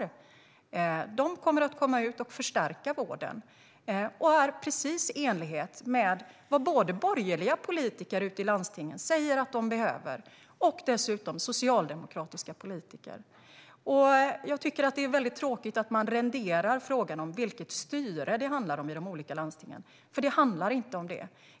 De som går dessa utbildningar kommer att komma ut och förstärka vården, vilket är precis i enlighet med vad både borgerliga och socialdemokratiska politiker ute i landstingen säger att de behöver. Jag tycker att det är tråkigt att man reducerar frågan till vilket styre det handlar om i de olika landstingen. Det handlar inte om det.